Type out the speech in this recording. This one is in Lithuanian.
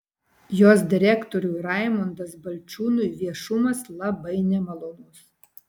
jos direktoriui raimundas balčiūnui viešumas labai nemalonus